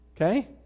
Okay